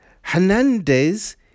Hernandez